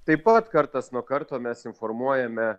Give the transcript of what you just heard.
taip pat kartas nuo karto mes informuojame